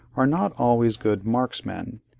are not always good marksmen,